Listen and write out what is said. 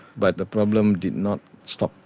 but the problem did not stop.